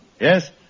Yes